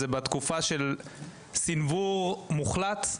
הם בתקופה של סנוור מוחלט.